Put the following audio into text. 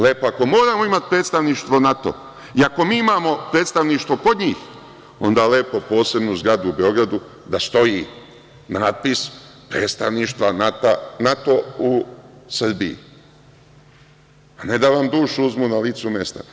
Lepo, ako moramo imati predstavništvo NATO i ako mi imamo predstavništvo kod njih, onda lepo posebnu zgradu u Beogradu da stoji natpis „Predstavništvo NATO u Srbiji“, a ne da vam dušu uzmu na licu mesta.